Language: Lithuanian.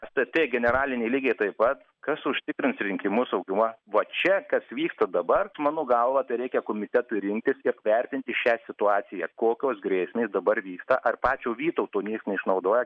statė generaliniai lygiai taip pat kas užtikrins rinkimus o juo va čia kas vyksta dabar mano galva reikia komitetui rinktis ir vertinti šią situaciją kokios grėsmės dabar vyksta ar pačio vytauto niekas neišnaudoja